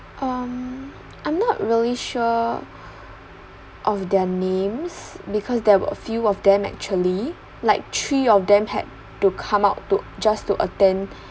um I'm not really sure of their names because there were a few of them actually like three of them had to come out to just to attend